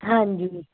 ਹਾਂਜੀ